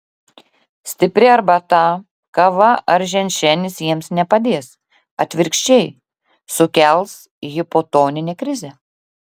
stipri arbata kava ar ženšenis jiems nepadės atvirkščiai sukels hipotoninę krizę